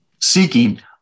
seeking